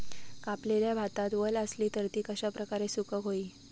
कापलेल्या भातात वल आसली तर ती कश्या प्रकारे सुकौक होई?